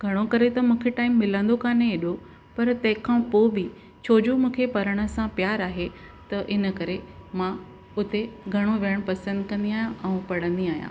घणो करे त मूंखे टाइम मिलंदो कोन्हे एॾो पर तंहिंखा पोइ बि छोजो मूंखे पढ़ण सां प्यार आहे त हिन करे माँ हुते घणो वेहनि पसंदि कंदी आहियां ऐं पढंदी आहियां